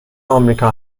آمریکا